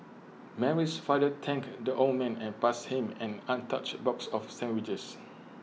Mary's father thanked the old man and passed him an untouched box of sandwiches